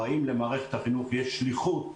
או, האם למערכת החינוך יש שליחות,